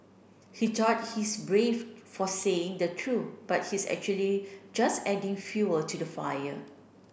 he thought he's brave for saying the truth but he's actually just adding fuel to the fire